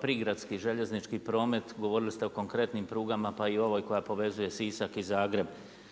prigradski i željeznički promet, govorili ste o konkretnim prugama pa i ovoj koja povezuje Sisak i Zagreb.